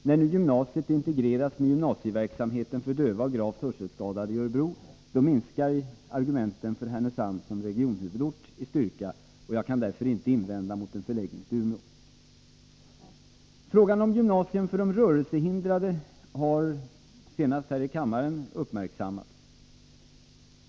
När nu gymnasiet integreras med gymnasieverksamheten för döva och gravt hörselskadade i Örebro, minskar givetvis argumenten för Härnösand som regionshuvudort i styrka. Jag kan därför inte invända mot en förläggning till Umeå. Frågan om ett gymnasium för rörelsehindrade har uppmärksammats under den tid som gått sedan propositionen framlades.